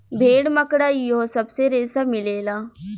भेड़, मकड़ा इहो सब से रेसा मिलेला